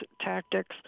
tactics